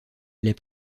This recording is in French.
les